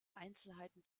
einzelheiten